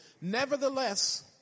Nevertheless